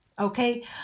Okay